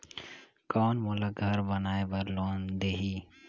कौन मोला घर बनाय बार लोन देही?